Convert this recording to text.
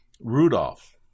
Rudolph